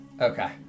Okay